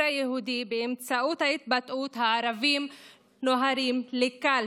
היהודי באמצעות ההתבטאות "הערבים נוהרים לקלפי",